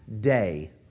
day